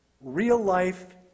real-life